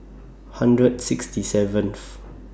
hundred sixty seventh